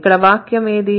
ఇక్కడ వాక్యం ఏది